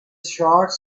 shots